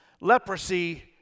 leprosy